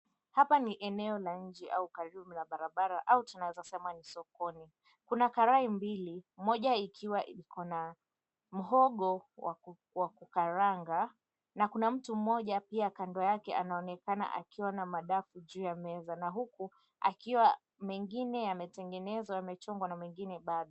Hapa ni eneo la nje au karibu na barabara, au tunaweza sema ni sokoni. Kuna karai mbili, moja ikiwa iko na muhogo wa kukaranga, na kuna mtu mmoja pia kando yake anaonekana akiwa na madafu juu ya meza, na huku akiwa mengine yametengenezwa, yamechongwa na mengine bado.